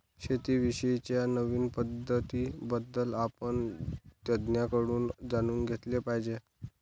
शेती विषयी च्या नवीन पद्धतीं बद्दल आपण तज्ञांकडून जाणून घेतले पाहिजे